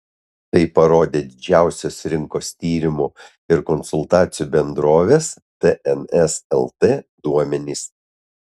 tai parodė didžiausios rinkos tyrimų ir konsultacijų bendrovės tns lt duomenys